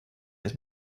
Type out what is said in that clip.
his